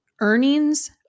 earnings